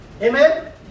Amen